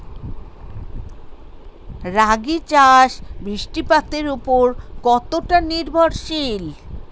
রাগী চাষ বৃষ্টিপাতের ওপর কতটা নির্ভরশীল?